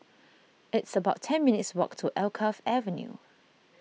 it's about ten minutes' walk to Alkaff Avenue